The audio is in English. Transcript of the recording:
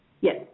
Yes